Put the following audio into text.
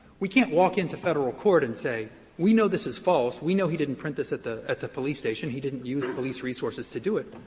we can't walk into federal court and say we know this is false, we know he didn't print this at the at the police station, he didn't use police resources to do it.